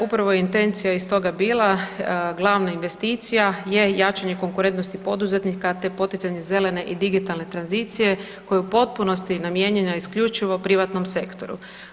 Upravo je intencija i stoga bila, glavna investicija je jačanje konkurentnosti poduzetnika, te poticanje zelene i digitalne tranzicije koja je u potpunosti namijenjena isključivo privatnom sektoru.